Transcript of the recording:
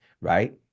right